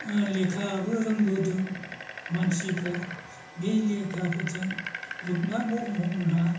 लेखाबो रोंबोदों मानसिफ्रा बै लेखाफोरजों रुपनाथ ब्रह्ममोनहा